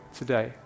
today